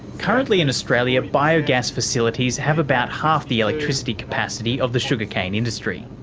currently in australia, biogas facilities have about half the electricity capacity of the sugar cane industry.